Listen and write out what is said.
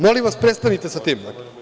Molim vas, prestanite sa tim.